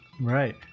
Right